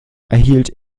erhielt